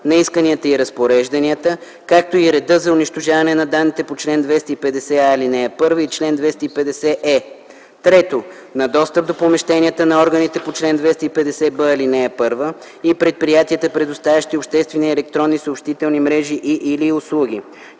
на исканията и разпорежданията, както и реда за унищожаването на данните по чл. 250а, ал. 1 и чл. 250е; 3. на достъп до помещенията на органите по чл. 250б, ал. 1 и предприятията, предоставящи обществени електронни съобщителни мрежи и/или услуги;